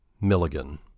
Milligan